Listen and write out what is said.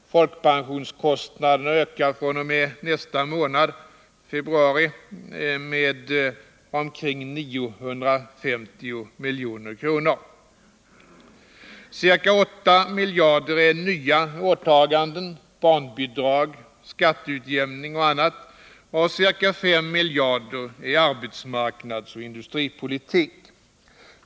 Folkpensionskostnaden t.ex. ökar i februari med omkring 950 milj.kr. Ca 8 miljarder gäller nya åtaganden: barnbidrag, skatteutjämning och annat. Ca 5 miljarder avser arbetsmarknadsoch industripolitik.